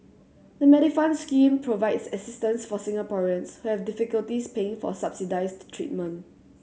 the Medifund scheme provides assistance for Singaporeans who have difficulties paying for subsidized treatment